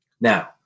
Now